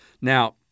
Now